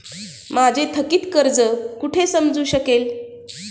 माझे थकीत कर्ज कुठे समजू शकेल?